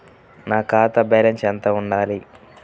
నా ఖాతా బ్యాలెన్స్ ఎంత ఉండాలి?